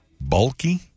Bulky